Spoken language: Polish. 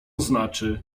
znaczy